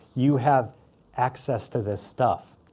you have access to this stuff.